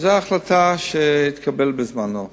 וזו ההחלטה שהתקבלה בזמנו.